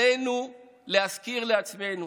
עלינו להזכיר לעצמנו: